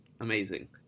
amazing